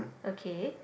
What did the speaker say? okay